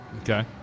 Okay